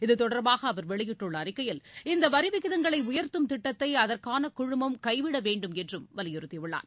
இதுதொடர்பாக அவர் வெளியிட்டுள்ள அறிக்கையில் இந்த வரி விகிதங்களை உயர்த்தும் திட்டத்தை அதற்கான குழுமம் கைவிட வேண்டும் என்றும் வலியுறுத்தியுள்ளார்